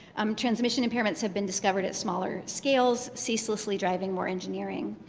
um transmission impairments have been discovered at smaller scales, ceaselessly driving more engineering.